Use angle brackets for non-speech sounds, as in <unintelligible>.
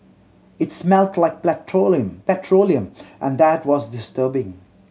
it smelt like <unintelligible> petroleum and that was disturbing